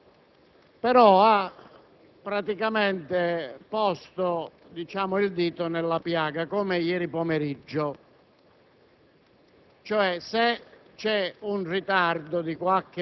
nel quale sostanzialmente, pur riconoscendo la legittimità degli interventi che alcuni colleghi stavano facendo in dichiarazione di voto